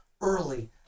early